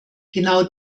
genau